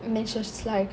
then she was just like